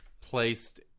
placed